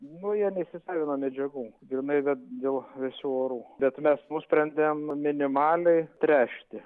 nu jie neįsisavina medžiagų grynai dėl vėsių orų bet mes nusprendėm minimaliai tręšti